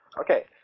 Okay